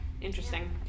interesting